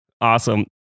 Awesome